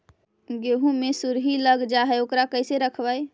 गेहू मे सुरही लग जाय है ओकरा कैसे रखबइ?